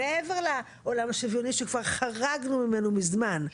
מעבר לעולם השוויוני שכבר חרגנו ממנו כבר מזמן,